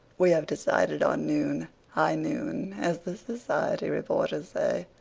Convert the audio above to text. we have decided on noon high noon, as the society reporters say.